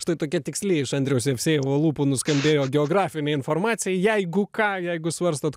štai tokia tiksli iš andriaus jevsejevo lūpų nuskambėjo geografinė informacija jeigu ką jeigu svarstot